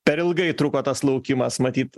per ilgai truko tas laukimas matyt